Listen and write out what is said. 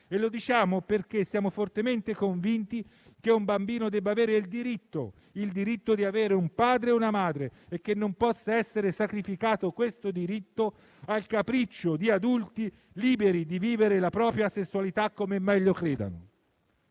E lo diciamo perché siamo fortemente convinti che un bambino debba avere il diritto di avere un padre e una madre e che questo diritto non possa essere sacrificato al capriccio di adulti liberi di vivere la propria sessualità come meglio credono.